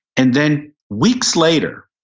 and then weeks later,